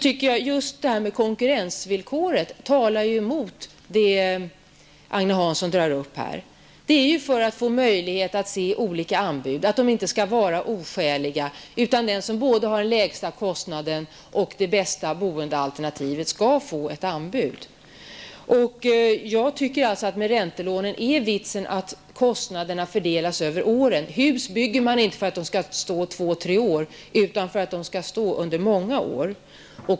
Det Agne Hansson tar upp här talar emot ett slopande av konkurrensvillkoret. Det är till för att man skall få möjlighet att se olika anbud och att de inte skall vara oskäliga, utan den anbudsgivare som både har den lägsta kostnaden och det bästa boendealternativet skall få uppdraget. Vitsen med räntelånen är att kostnaderna fördelas över åren. Man bygger inte hus för att de skall stå i två tre år utan för att de skall stå i många år.